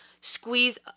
Squeeze